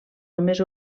només